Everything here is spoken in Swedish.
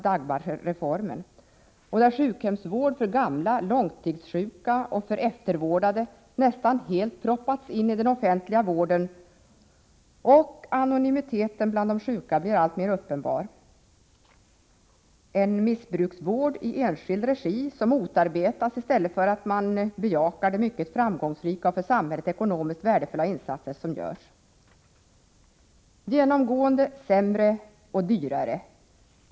Dagmarreformen, en sjukvård där sjukhemsvård för gamla, långtidssjuka och patienter med behov av eftervård nästan helt proppats in i den offentliga vården och där anonymiteten bland de sjuka blir alltmer uppenbar. Enskild missbrukarvård motarbetas i stället för att man bejakar de mycket framgångsrika och för samhället ekonomiskt värdefulla insatser som görs. Allt blir genomgående sämre och dyrare.